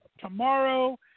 tomorrow